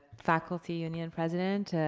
faculty union president,